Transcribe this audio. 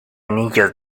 anillos